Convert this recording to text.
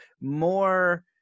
more